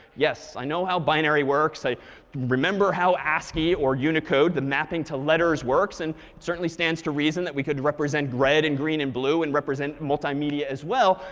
yes. i know how binary works. i remember how ascii or unicode the mapping to letters works. and it certainly stands to reason that we could represent red and green and blue, and represent multimedia as well.